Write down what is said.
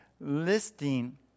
listing